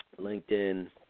LinkedIn